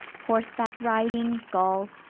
horseback riding, golf,